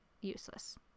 useless